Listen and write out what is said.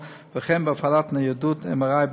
עליהם.